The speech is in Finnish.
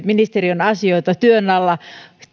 ministeriön asioita työn alla